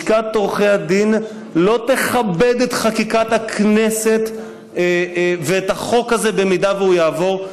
לשכת עורכי הדין לא תכבד את חקיקת הכנסת ואת החוק הזה במידה שהוא יעבור.